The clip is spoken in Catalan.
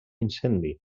incendi